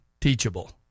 teachable